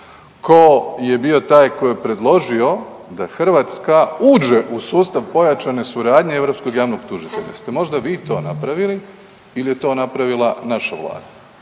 tko je bio taj tko je predložio da Hrvatska uđe u sustav pojačane suradnje europskog javnog tužitelja. Jeste li vi to možda napravili ili je to napravila naša Vlada?